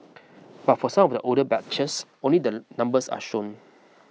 but for some of the older batches only the numbers are shown